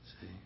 See